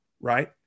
right